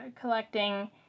collecting